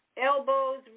elbows